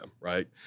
right